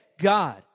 God